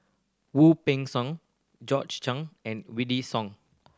Wu Peng Seng Chen and Wykidd Song